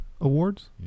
Awards